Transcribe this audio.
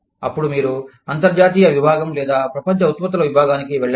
అప్పుడు మీరు అంతర్జాతీయ విభాగం లేదా ప్రపంచ ఉత్పత్తుల విభాగానికి వెళ్లండి